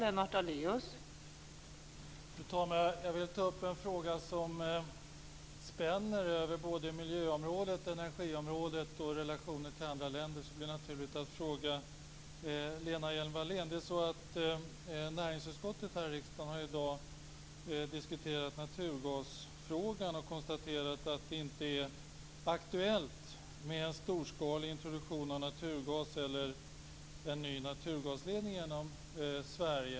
Fru talman! Jag vill ta upp en fråga som spänner över både miljöområdet och energiområdet och har att göra med relationen till andra länder. Det är därför naturligt att fråga Lena Hjelm-Wallén. Näringsutskottet här i riksdagen har i dag diskuterat naturgasfrågan och konstaterat att det inte är aktuellt med en storskalig introduktion av naturgas eller en ny naturgasledning genom Sverige.